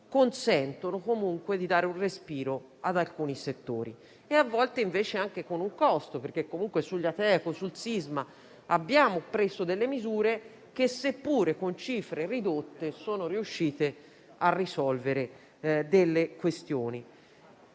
consentono comunque di dare respiro ad alcuni settori e a volte invece anche con un costo, perché comunque sugli Ateco e sul sisma abbiamo preso delle misure che, seppure con cifre ridotte, sono riuscite a risolvere alcune questioni.